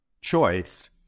choice